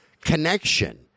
connection